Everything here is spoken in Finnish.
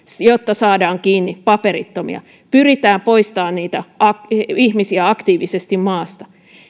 jotta saadaan kiinni paperittomia pyritään poistamaan niitä ihmisiä aktiivisesti maasta